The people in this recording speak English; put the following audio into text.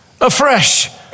afresh